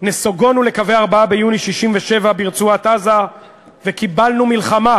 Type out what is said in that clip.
נסוגונו לקווי 4 ביוני 67' ברצועת-עזה וקיבלנו מלחמה.